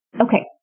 Okay